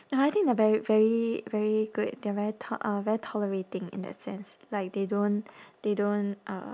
oh I think they're very very very good they're very to~ uh very tolerating in that sense like they don't they don't uh